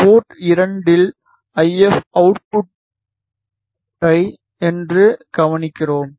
board 2 இல் IF அவுட்புட்டை என்று கவனிக்கிறோம்